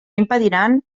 impediran